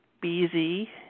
B-Z